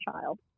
child